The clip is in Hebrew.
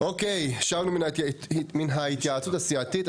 אוקיי, שבנו מן ההתייעצות הסיעתית.